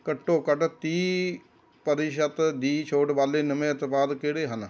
ਘੱਟੋਂ ਘੱਟ ਤੀਹ ਪ੍ਰਤੀਸ਼ਤ ਦੀ ਛੋਟ ਵਾਲੇ ਨਵੇਂ ਉਤਪਾਦ ਕਿਹੜੇ ਹਨ